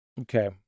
Okay